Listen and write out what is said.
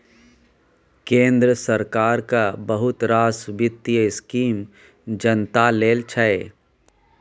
केंद्र सरकारक बहुत रास बित्तीय स्कीम जनता लेल छै